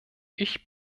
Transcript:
ich